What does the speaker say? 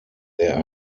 there